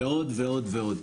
ועוד ועוד ועוד.